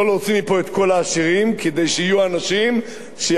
כדי שיהיו אנשים שיקימו מפעלים במדינת ישראל.